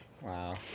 Wow